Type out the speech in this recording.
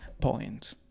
point